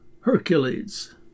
Hercules